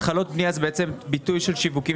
התחלות בנייה הן בעצם ביטוי של שיווקי